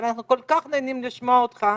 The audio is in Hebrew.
אנחנו כל כך נהנים לשמוע אותך.